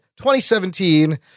2017